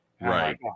Right